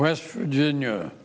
west virginia